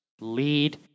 lead